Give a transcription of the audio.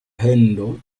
handel